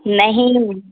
نہیں